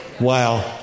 Wow